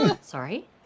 sorry